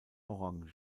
orange